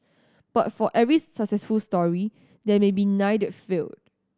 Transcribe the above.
but for every successful story there may be nine that failed